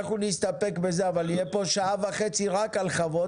אנחנו נסתפק בזה אבל יהיה פה שעה וחצי רק על חוות.